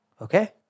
okay